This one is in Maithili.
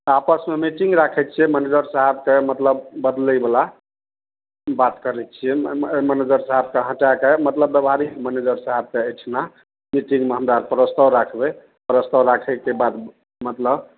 आपसमे मीटिंग राखय छियै मैनेजर साहबके मतलब बदलयवला बात करय छियै मैनेजर साहबके हटा कऽ मतलब व्यवहारिक मैनेजर साहबके अछि ने मीटिङ्गमे हमरा अर प्रस्ताव राखबय प्रस्ताव राखयके बाद मतलब